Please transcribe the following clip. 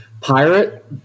Pirate